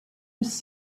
was